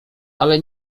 ale